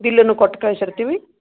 ಬಿಲ್ಲನ್ನು ಕೊಟ್ಟು ಕಳಿಸಿರ್ತೀವಿ